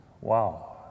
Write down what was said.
Wow